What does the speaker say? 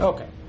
Okay